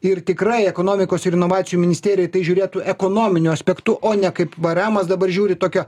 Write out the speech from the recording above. ir tikrai ekonomikos ir inovacijų ministerija į tai žiūrėtų ekonominiu aspektu o ne kaip vėrėmas dabar žiūri tokio